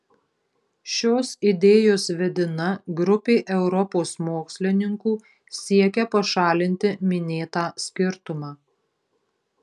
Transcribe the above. šios idėjos vedina grupė europos mokslininkų siekia pašalinti minėtą skirtumą